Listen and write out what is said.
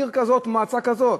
עיר כזאת, מועצה כזאת.